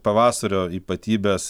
pavasario ypatybės